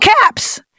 caps